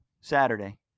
Saturday